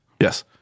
yes